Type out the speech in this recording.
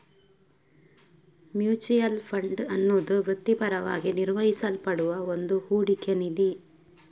mutual fund ಅನ್ನುದು ವೃತ್ತಿಪರವಾಗಿ ನಿರ್ವಹಿಸಲ್ಪಡುವ ಒಂದು ಹೂಡಿಕೆ ನಿಧಿ